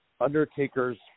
Undertaker's